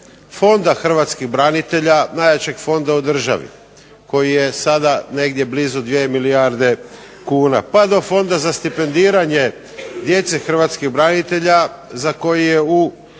Fonda hrvatskih branitelja, najjačeg fonda u državi koji je sada negdje blizu 2 milijarde kuna, pa do Fonda za stipendiranje djece hrvatskih branitelja za koji je u